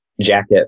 jacket